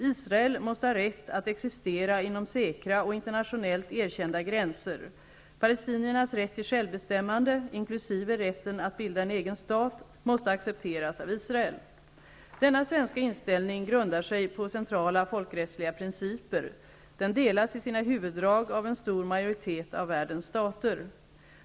Israel måste ha rätt att existera inom säkra och internationellt erkända gränser. Palestiniernas rätt till självbestämmande, inkl. rätten att bilda en egen stat, måste accepteras av Israel.'' Denna svenska inställning grundar sig på centrala folkrättsliga principer. Den delas i sina huvuddrag av en stor majoritet av världens stater.